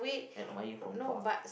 admire from far